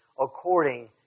according